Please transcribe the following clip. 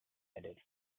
added